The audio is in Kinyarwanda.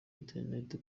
interineti